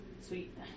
Sweet